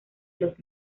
los